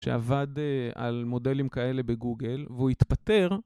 שעבד על מודלים כאלה בגוגל והוא התפטר.